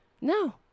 No